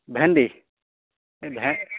ভেন্দি এই ভেন্দি